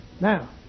Now